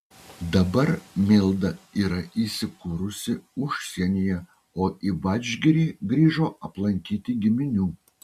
dabar milda yra įsikūrusi užsienyje o į vadžgirį grįžo aplankyti giminių